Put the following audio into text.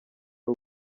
ari